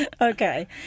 Okay